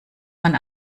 man